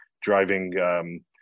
driving